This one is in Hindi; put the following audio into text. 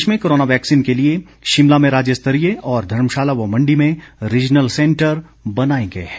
प्रदेश में कोरोना वैक्सीन के लिए शिमला में राज्य स्तरीय और धर्मशाला व मंडी में रीजनल सैंटर बनाए गए हैं